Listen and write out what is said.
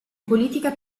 politica